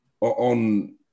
on